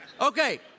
Okay